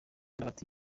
bati